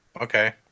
Okay